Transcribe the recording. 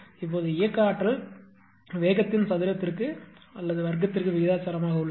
இப்போது இயக்க ஆற்றல் வேகத்தின் சதுரத்திற்கு விகிதாசாரமாக உள்ளது